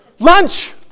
Lunch